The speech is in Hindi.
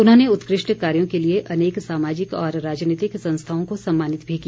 उन्होंने उत्कृष्ट कार्यों के लिए अनेक सामाजिक और राजनीतिक संस्थाओं को सम्मानित भी किया